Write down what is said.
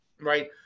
right